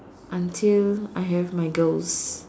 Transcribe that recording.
until I have my girls